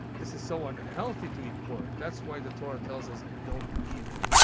this is so unhealthy to eat pork, that's why the torah tells us don't eat it.